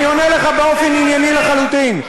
אני עונה לך באופן ענייני לחלוטין.